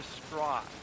distraught